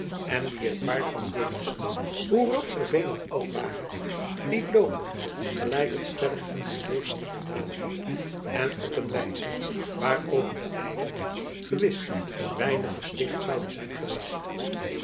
en die het paard van jelissen hoe rap ter been het ook ware liet loopen gelijk het stellig in zijn leven niet gedaan had en op een wijze waarover de eigenaar gewis weinig gesticht zoude zijn geweest